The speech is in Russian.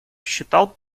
считал